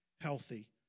healthy